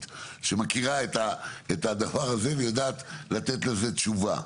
שמכירה את הדבר הזה ויודעת לתת לזה תשובה?